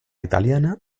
italiana